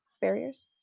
barriers